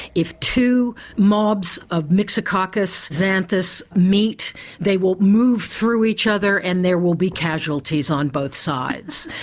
if two mobs of myxococcus xanthus meet they will move through each other and there will be casualties on both sides.